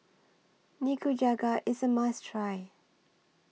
Nikujaga IS A must Try